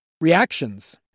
Reactions